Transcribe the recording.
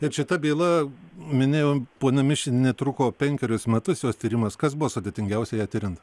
bet šita byla minėjo ponia mišinienė truko penkerius metus jos tyrimas kas buvo sudėtingiausia ją tiriant